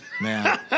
man